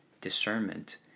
discernment